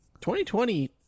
2020